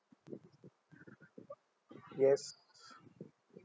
yes